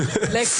עליו.